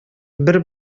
бер